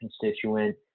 constituent